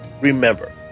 remember